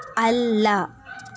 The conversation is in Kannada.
ಅಲ್ಲ